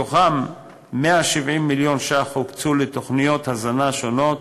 מהם 170 מיליון ש"ח הוקצו לתוכניות הזנה שונות,